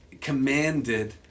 commanded